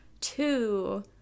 Two